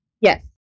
Yes